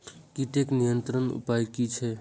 कीटके नियंत्रण उपाय कि छै?